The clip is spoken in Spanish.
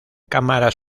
cámaras